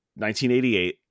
1988